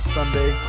Sunday